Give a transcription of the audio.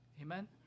Amen